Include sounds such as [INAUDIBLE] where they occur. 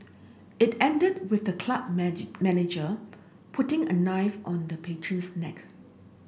it ended with the club [UNINTELLIGIBLE] manager putting a knife on the patron's neck